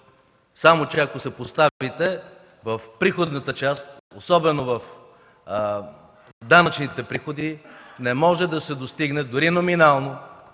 Само че ако съпоставите в приходната част, особено в данъчните приходи, не може да се достигне дори номинално